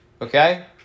Okay